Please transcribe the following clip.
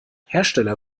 hersteller